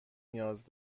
نیاز